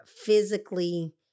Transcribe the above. physically